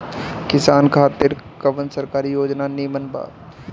किसान खातिर कवन सरकारी योजना नीमन बा?